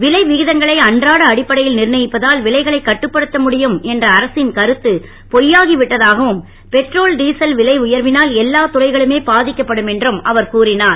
விலை விகிதங்களை அன்றாட அடிப்படையில் நிர்ணயிப்பதால் விலைகளை கட்டுப்படுத்த முடியும் என்ற அரசின் கருத்து பொய்யாகிவிட்டதாகவும் பெட்ரோல் டீசல் விலை உயர்வினால் எல்லா துறைகளுமே பாதிக்கப்படும் என்றும் அவர் கூறினார்